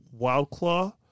Wildclaw